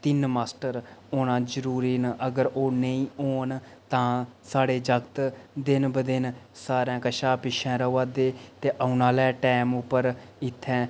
तिन मास्टर होना जरूरी न अगर ओह् नेईं होन तां साढ़े जागत दिन ब दिन सारें कशा पिच्छें रवै दे ते औने आह्ले टैम उप्पर इत्थें